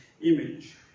image